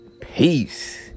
peace